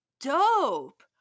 dope